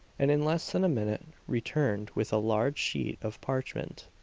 and in less than a minute returned with a large sheet of parchment.